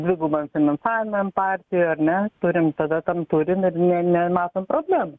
dvigubant finansavimą partijų ar ne turim tada tam turim ir ne nematom problemų